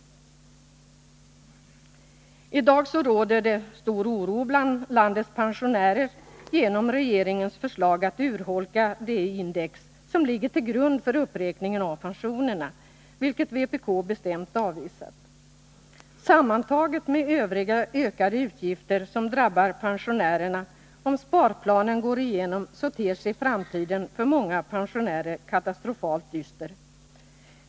53 I dag råder det stor oro bland landets pensionärer genom att regeringen kommit med förslag att urholka det index som ligger till grund för uppräkningen av pensionerna, vilket vpk bestämt avvisar. Sammantaget med övriga ökade utgifter som drabbar pensionärerna om sparplanen går igenom ter sig framtiden för många pensionärer katastrofalt dyster.